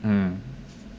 mm